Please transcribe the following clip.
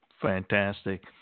Fantastic